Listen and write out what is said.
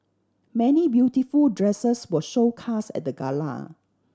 many beautiful dresses were showcased at the gala